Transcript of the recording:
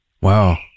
Wow